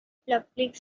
public